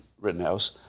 Rittenhouse